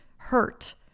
Hurt